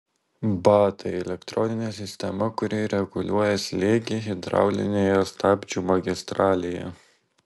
ba tai elektroninė sistema kuri reguliuoja slėgį hidraulinėje stabdžių magistralėje